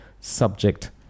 subject